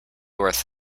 worth